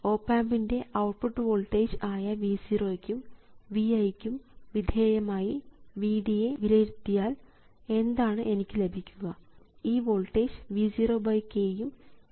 op ആമ്പിൻറെ output voltage ആയ V0 ക്കും Vi ക്കും വിധേയമായി Vd യെ വിലയിരുത്തിയാൽ എന്താണ് എനിക്ക് ലഭിക്കുക ഈ വോൾട്ടേജ് V0 k യും ഈ വോൾട്ടേജ് Vi യും ആണ്